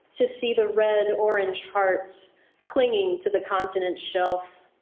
to see the red-orange hearts clinging to the continent's shelf.